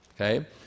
okay